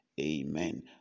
amen